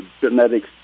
genetics